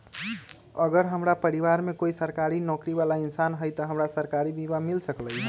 अगर हमरा परिवार में कोई सरकारी नौकरी बाला इंसान हई त हमरा सरकारी बीमा मिल सकलई ह?